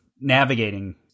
navigating